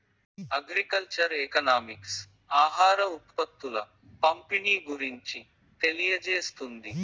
agriculture economics ఆహార ఉత్పత్తుల పంపిణీ గురించి తెలియజేస్తుంది